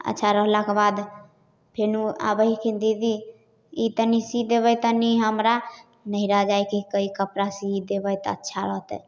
अच्छा रहलाके बाद फेरो आबै हकिन दीदी ई तनि सी देबै तनि हमरा नहिरा जाइके हकै कपड़ा सी देबै तऽ अच्छा रहतै